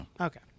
Okay